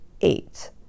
eight